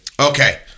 okay